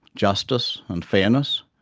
justice, and fairness.